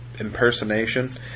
impersonation